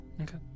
Okay